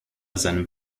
seinem